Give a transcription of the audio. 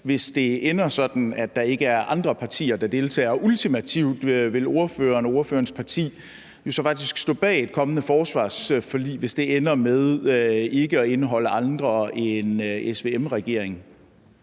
hvis det ender sådan, at der ikke er andre partier, der deltager, og så vil ordføreren og ordførerens parti ultimativt faktisk stå bag et kommende forsvarsforlig, hvis det ender med ikke at indeholde andre end SVM-regeringen.